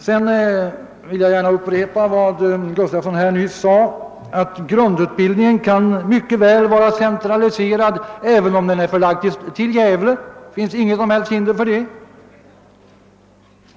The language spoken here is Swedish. Sedan vill jag upprepa vad herr Gustafson i Göteborg sade nyss, nämligen att grundutbildningen mycket väl kan vara centraliserad, även om den är förlagd till Gävle eller Östersund. Det finns inget som helst hinder för det.